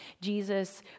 Jesus